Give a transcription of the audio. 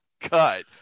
cut